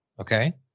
Okay